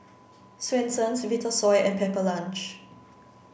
Swensens Vitasoy and Pepper Lunch